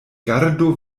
gardu